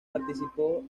participó